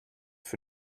für